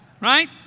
Right